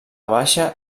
baixa